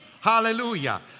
Hallelujah